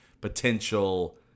potential